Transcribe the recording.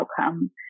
outcome